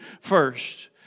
first